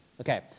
Okay